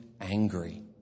angry